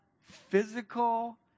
physical